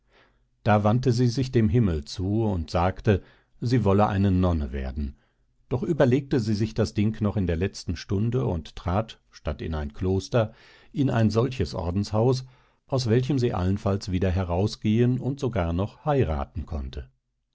da wandte sie sich dem himmel zu und sagte sie wolle eine nonne werden doch überlegte sie sich das ding noch in der letzten stunde und trat statt in ein kloster in ein solches ordenshaus aus welchem sie allenfalls wieder herausgehen und sogar noch heiraten konnte